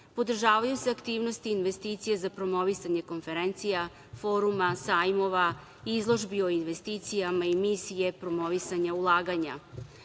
podržavaju se aktivnosti investicija za promovisanje konferencija, foruma, sajmova, izložbi o investicijama i misije promovisanja